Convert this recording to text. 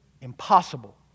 impossible